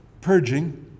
purging